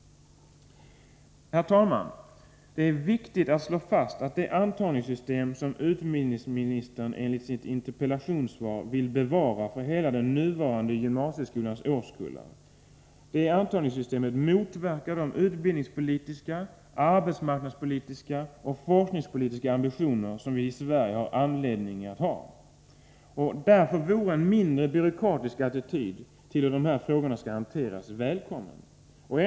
Herr talman! Det är viktigt att slå fast att det antagningssystem som utbildningsministern enligt sitt interpellationssvar vill bevara för hela den nuvarande gymnasieskolans årskullar motverkar de utbildningspolitiska, arbetsmarknadspolitiska och forskningspolitiska ambitioner som vi i Sverige har anledning att ha. Därför är en mindre byråkratisk attityd till hur dessa frågor skall hanteras välkommen.